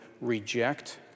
reject